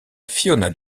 fiona